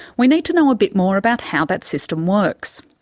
we need to know a bit more about how that system works.